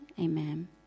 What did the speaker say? amen